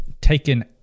taken